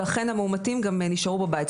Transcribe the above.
ואכן המאומתים גם נשארו בבית.